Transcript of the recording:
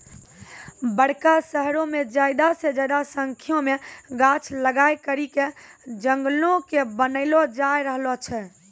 बड़का शहरो मे ज्यादा से ज्यादा संख्या मे गाछ लगाय करि के जंगलो के बनैलो जाय रहलो छै